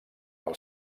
del